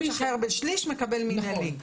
בשליש מקבל מינהלי.